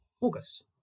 August